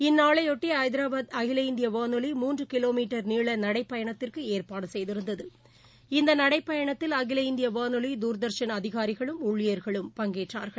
இந்நாளைபொட்டி ஐதராபாத் அகில இந்திய வானொலி மூன்று கிலோமீட்டர் நீள நடைபயணத்திற்கு ஏற்பாடு செய்திருந்தது இந்த நடைபயணத்தில் அகில இந்திய வானொலி தூர்தர்ஷன் அதிகாரிகளும் ஊழியர்களும் பங்கேற்றார்கள்